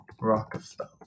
Rockefeller